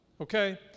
okay